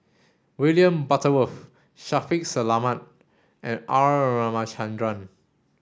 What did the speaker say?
William Butterworth Shaffiq Selamat and R Ramachandran